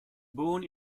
born